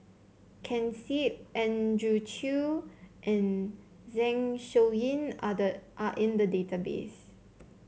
Ken Seet Andrew Chew and Zeng Shouyin are the are in the database